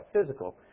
physical